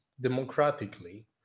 democratically